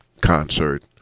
concert